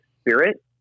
spirit